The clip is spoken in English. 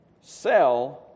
Sell